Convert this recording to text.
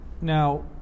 Now